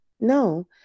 No